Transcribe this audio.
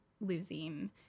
losing